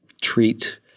treat